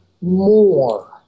more